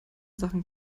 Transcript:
sachen